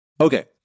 okay